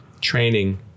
training